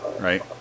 right